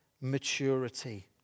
maturity